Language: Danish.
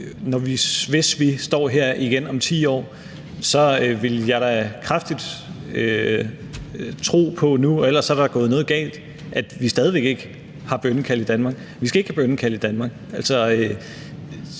hvis vi står her igen om 10 år, så vil jeg da tro – ellers er der gået noget galt – at vi stadig væk ikke vil have bønnekald i Danmark. Vi skal ikke have bønnekald i Danmark.